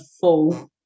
full